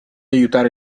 aiutare